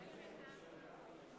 (הישיבה נפסקה בשעה